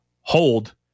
hold